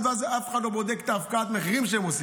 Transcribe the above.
ואז אף אחד לא בודק את הפקעת המחירים שהם עושים.